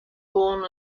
born